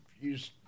use